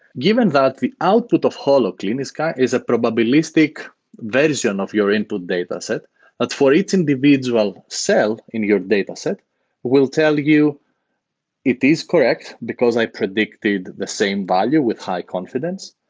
given that, the output of holoclean is kind of is a probabilistic version of your input dataset that for each individual cell in your dataset will tell you it is correct because i predicted the same volume with high confidence.